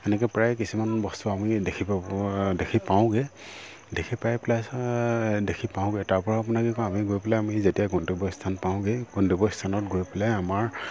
এনেকৈ প্ৰায় কিছুমান বস্তু আমি দেখি পাব দেখি পাওঁগৈ দেখি পাই পেলাই চাই দেখি পাওঁগৈ তাৰ পৰা আপোনাৰ কি কৰোঁ আমি গৈ পেলাই আমি যেতিয়া গন্তব্য স্থান পাওঁগৈ গন্তব্য স্থানত গৈ পেলাই আমাৰ